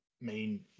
main